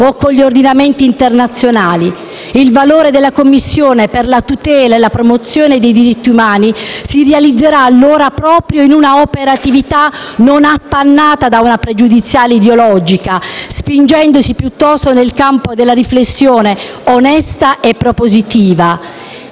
o con gli ordinamenti internazionali. Il valore della Commissione per la tutela e la promozione dei diritti umani si realizzerà allora proprio in una operatività non appannata da una pregiudiziale ideologica, spingendosi piuttosto nel campo della riflessione onesta e propositiva.